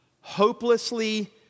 Hopelessly